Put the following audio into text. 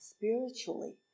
spiritually